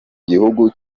gihugu